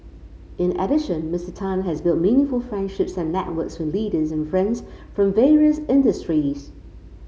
in addition Mister Tan has built meaningful friendships and networks with leaders and friends from various industries